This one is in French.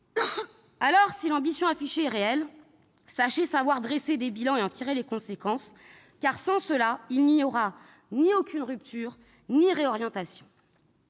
Si l'ambition affichée est réelle, il faut savoir dresser un bilan et en tirer les conséquences. Sans cela, il n'y aura ni rupture ni réorientation.